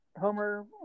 Homer